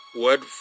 word